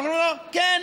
אמרו לו: כן.